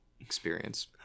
experience